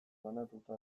banatuta